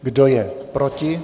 Kdo je proti?